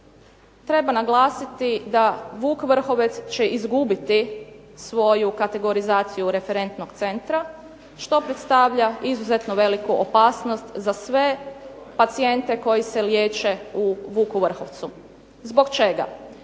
treba naglasiti da "Vuk Vrhovec" će izgubiti svoju kategorizaciju referentnog centra što predstavlja izuzetno veliku opasnost za sve pacijente koji se liječe u "Vuku Vrhovcu". Zbog čega?